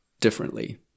differently